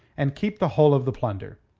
and keep the whole of the plunder.